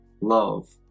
love